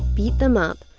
beat them up.